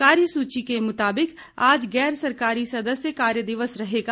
कार्यसूची के मुताबिक आज गैर सरकारी सदस्य कार्य दिवस रहेगा